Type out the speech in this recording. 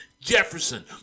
Jefferson